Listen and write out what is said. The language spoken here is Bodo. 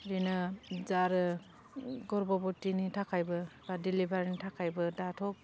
बिनो जा आरो गरब'बथिनि थाखायबो बा डिलिभारिनि थाखायबो दाथ'